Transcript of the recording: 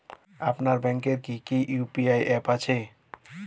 আপনার ব্যাংকের কি কি ইউ.পি.আই অ্যাপ আছে?